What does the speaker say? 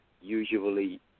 usually